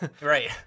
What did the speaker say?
Right